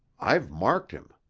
i've marked him.